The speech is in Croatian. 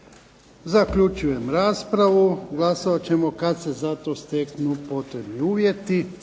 Zaključujem raspravu. Glasovat ćemo kad se za to steknu potrebni uvjeti.